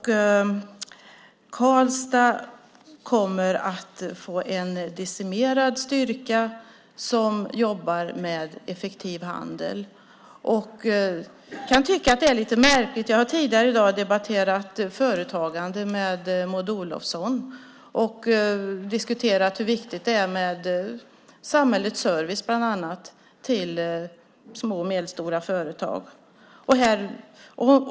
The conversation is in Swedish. Karlstad kommer att få en decimerad styrka som jobbar med effektiv handel. Jag kan tycka att det är lite märkligt. Tidigare i dag har jag debatterat företagande med Maud Olofsson och bland annat diskuterat hur viktig samhällets service till små och medelstora företag är.